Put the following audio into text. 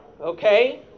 Okay